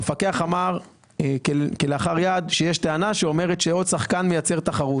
המפקח אמר כלאחר יד שיש טענה שאומרת שעוד שחקן מייצר תחרות.